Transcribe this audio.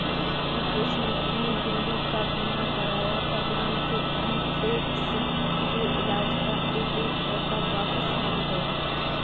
मुकेश ने अपनी बिल्ली का बीमा कराया था, बिल्ली के अन्थ्रेक्स के इलाज़ का एक एक पैसा वापस मिल गया